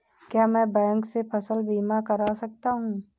क्या मैं बैंक से फसल बीमा करा सकता हूँ?